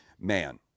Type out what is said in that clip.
Man